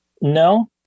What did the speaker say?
No